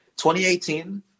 2018